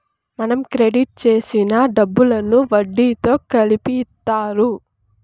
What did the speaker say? మనం క్రెడిట్ చేసిన డబ్బులను వడ్డీతో కలిపి ఇత్తారు